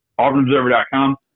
AuburnObserver.com